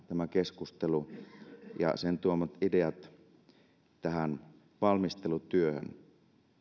tämä keskustelu ja sen tuomat ideat tuovat myös oman lisänsä valmistelutyöhön